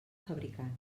fabricant